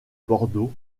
bordeaux